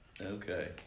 Okay